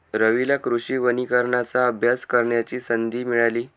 रवीला कृषी वनीकरणाचा अभ्यास करण्याची संधी मिळाली